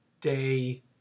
day